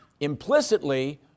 implicitly